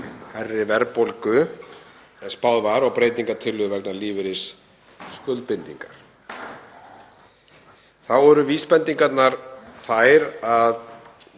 hærri verðbólgu en spáð var og breytingartillögu vegna lífeyrisskuldbindingar. Þá eru vísbendingarnar þær að